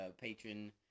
patron